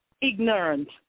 ignorant